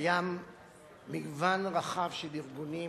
קיים מגוון רחב של ארגונים